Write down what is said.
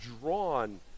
drawn